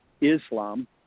islam